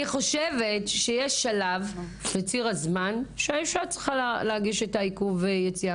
אני חושבת שיש שלב בציר הזמן שהאישה צריכה להגיש את עיכוב היציאה